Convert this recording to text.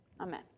Amen